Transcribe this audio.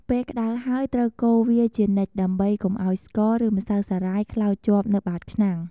ពេលក្ដៅហើយត្រូវកូរវាជានិច្ចដើម្បីកុំឱ្យស្ករ ឬម្សៅសារាយខ្លោចជាប់នៅបាតឆ្នាំង។